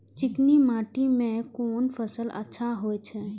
चिकनी माटी में कोन फसल अच्छा होय छे?